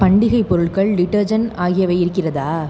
பண்டிகைப் பொருட்கள் டிட்டர்ஜண்ட் ஆகியவை இருக்கிறதா